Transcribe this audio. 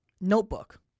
Notebook